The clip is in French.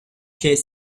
chez